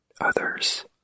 others